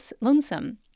lonesome